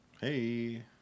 Hey